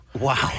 Wow